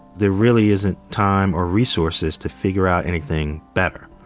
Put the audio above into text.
there really isn't time or resources to figure out anything better.